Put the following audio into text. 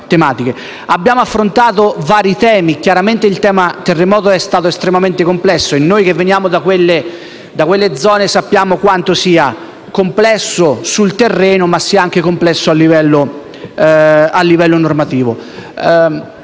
Abbiamo affrontato vari temi e chiaramente il tema del terremoto è estremamente complesso e noi che veniamo da quelle zone sappiamo quanto sia complesso sul terreno, ma anche a livello normativo.